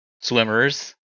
swimmers